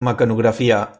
mecanografia